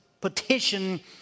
petition